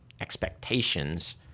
expectations